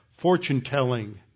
fortune-telling